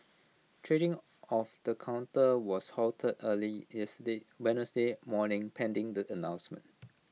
trading of the counter was halted early Wednesday morning pending the announcement